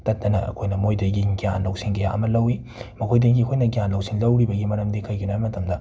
ꯇꯠꯇꯅ ꯑꯩꯈꯣꯏꯅ ꯃꯣꯏꯗꯒꯤꯡ ꯒ꯭ꯌꯥꯟ ꯂꯧꯁꯤꯡ ꯀꯌꯥ ꯑꯃ ꯂꯧꯋꯤ ꯃꯈꯣꯏꯗꯒꯤ ꯑꯩꯈꯣꯏꯅ ꯒ꯭ꯌꯥꯅ ꯂꯧꯁꯤꯡ ꯂꯧꯔꯤꯕꯒꯤ ꯃꯔꯝꯗꯤ ꯀꯩꯒꯤꯅꯣ ꯍꯥꯏ ꯃꯇꯝꯗ